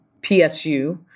PSU